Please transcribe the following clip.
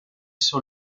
sur